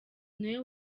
niwe